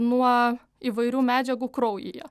nuo įvairių medžiagų kraujyje